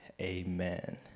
amen